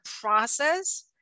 process